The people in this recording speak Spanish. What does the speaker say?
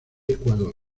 ecuador